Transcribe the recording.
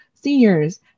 Seniors